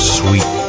sweet